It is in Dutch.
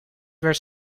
werd